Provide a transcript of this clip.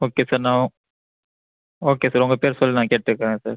okay sir நான் okay sir உங்கள் பேர் சொல்லி நான் கேட்டுக்கிறேன் சார்